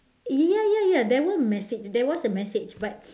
ya ya ya that one message there was a message but